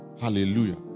Hallelujah